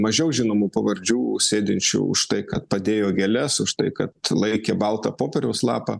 mažiau žinomų pavardžių sėdinčių už tai kad padėjo gėles už tai kad laikė baltą popieriaus lapą